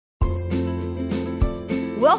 Welcome